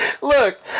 Look